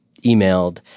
emailed